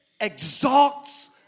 exalts